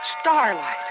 starlight